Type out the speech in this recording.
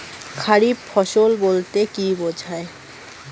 খারিফ ফসল বলতে কী বোঝায়?